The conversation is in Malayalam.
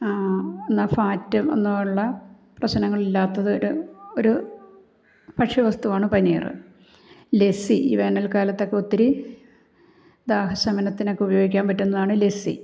എന്നാൽ ഫാറ്റും ഒന്നുമുള്ള പ്രശ്നങ്ങളില്ലാത്തൊരു ഒരു ഭക്ഷ്യവസ്തുവാണ് പനീർ ലസ്സി ഈ വേനൽക്കാലത്തൊക്കെ ഒത്തിരി ദാഹശമനത്തിനൊക്കെ ഉപയോഗിക്കാൻ പറ്റുന്നതാണ് ലസ്സി